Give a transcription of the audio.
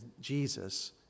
Jesus